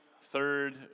Third